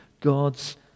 God's